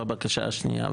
בבקשה השנייה,